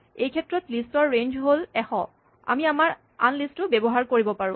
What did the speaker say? এইক্ষেত্ৰত লিষ্ট ৰ ৰেঞ্জ হ'ল ১০০ আমি আমাৰ আন লিষ্ট ও ব্যৱহাৰ কৰিব পাৰোঁ